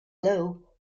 low